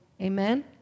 Amen